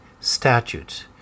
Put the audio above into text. statutes